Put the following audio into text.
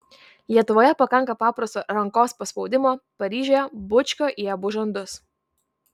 lietuvoje pakanka paprasto rankos paspaudimo paryžiuje bučkio į abu žandus